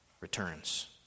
returns